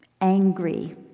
angry